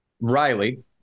Riley